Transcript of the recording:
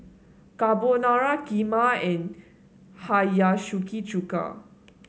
Carbonara Kheema and Hiyashi Chuka